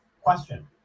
Question